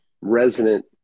resident